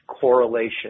correlation